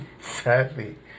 Sadly